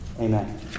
Amen